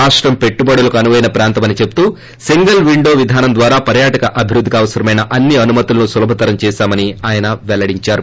రాష్టం పెట్టుబడులకు అనువైన ప్రాంతమని చెబుతూ సింగిల్ విండో విధానం ద్వారా పర్భాటకాభివృద్దికి అవసరమైన అన్ని అనుమతులను సులభతరం చేశామని విష్ణు పెల్లడించారు